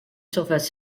surface